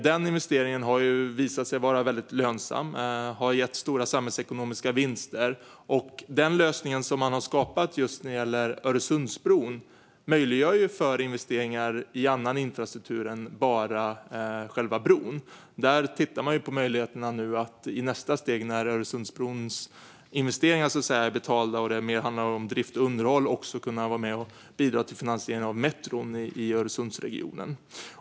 Den investeringen har ju visat sig vara väldigt lönsam och har gett stora samhällsekonomiska vinster, och den lösning man har skapat just när det gäller Öresundsbron möjliggör ju för investeringar i annan infrastruktur än bara själva bron. Där tittar man nu på möjligheterna att i nästa steg, när Öresundsbrons investeringar är betalda och det mer handlar om drift och underhåll, också kunna vara med och bidra till finansiering av metron i Öresundsregionen.